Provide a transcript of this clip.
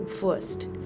first